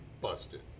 busted